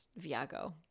Viago